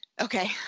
Okay